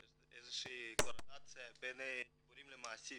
שיש איזו שהיא קורלציה בין דיבורים למעשים.